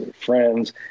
friends